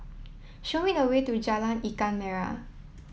show me the way to Jalan Ikan Merah